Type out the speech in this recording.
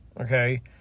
okay